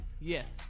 Yes